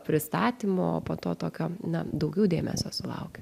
pristatym po to tokio na daugiau dėmesio sulaukia